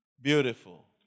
beautiful